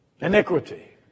iniquity